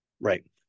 Right